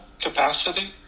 capacity